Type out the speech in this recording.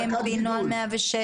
GMP נוהל 106,